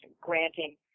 granting